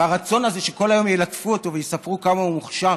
והרצון הזה שכל היום ילטפו אותו ויספרו כמה הוא מוכשר,